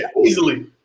easily